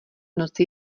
noci